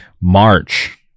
March